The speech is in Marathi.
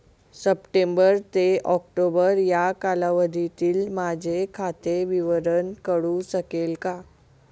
सप्टेंबर ते ऑक्टोबर या कालावधीतील माझे खाते विवरण कळू शकेल का?